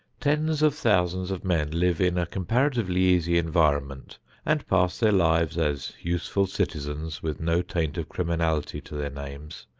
tens of thousands of men live in a comparatively easy environment and pass their lives as useful citizens with no taint of criminality to their names,